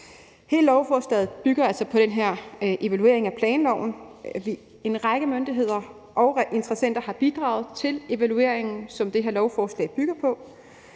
Hele lovforslaget bygger altså på den her evaluering af planloven. En række myndigheder og interessenter har bidraget til evalueringen, som det her lovforslag bygger på,